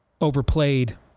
overplayed